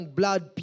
blood